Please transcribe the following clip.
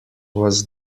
was